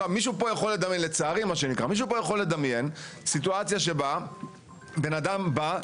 מישהו פה יכול לדמיין סיטואציה שבה בן אדם בא,